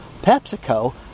PepsiCo